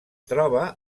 troba